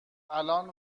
الان